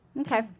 Okay